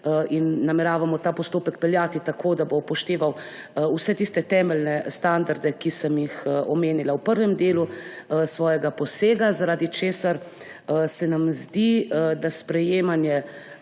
nameravamo peljati tako, da bo upošteval vse tiste temeljne standarde, ki sem jih omenila v prvem delu svojega posega, zaradi česar se nam zdi, da sprejemanje